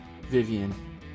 Vivian